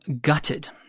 gutted